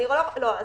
אז